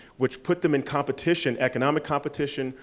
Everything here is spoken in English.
which put them in competition, economic competition,